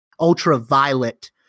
ultraviolet